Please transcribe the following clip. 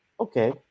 okay